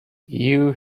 you